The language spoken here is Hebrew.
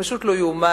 פשוט לא ייאמן: